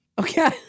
Okay